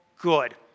good